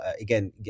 again